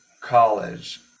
college